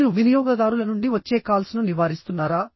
మీరు వినియోగదారుల నుండి వచ్చే కాల్స్ను నివారిస్తున్నారా